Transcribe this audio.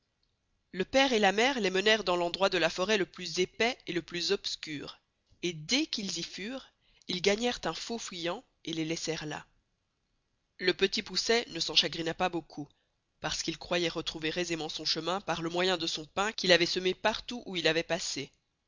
le pere et la mere les menerent dans l'endroit de la forest le plus épais et le plus obscur et dés qu'ils y furent ils gagnerent un faux-fuyant et les laisserent là le petit poucet ne s'en chagrina pas beaucoup parce qu'il croyoit retrouver aisément son chemin par le moyen de son pain qu'il avoit semé par tout où il avoit passé